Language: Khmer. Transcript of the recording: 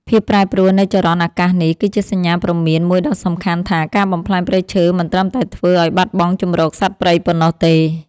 ភាពប្រែប្រួលនៃចរន្តអាកាសនេះ គឺជាសញ្ញាព្រមានមួយដ៏សំខាន់ថា ការបំផ្លាញព្រៃឈើមិនត្រឹមតែធ្វើឱ្យបាត់បង់ជម្រកសត្វព្រៃប៉ុណ្ណោះទេ។